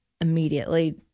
immediately